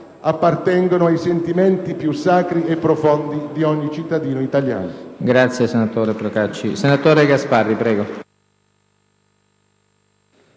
appartengono ai sentimenti più sacri e profondi di ogni cittadino italiano.